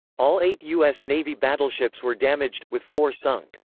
all eight u s. navy battleships were damaged, with four sunk.